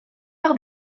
par